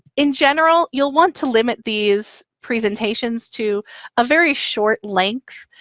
in general, you'll want to limit these presentations to a very short length.